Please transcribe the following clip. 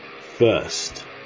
First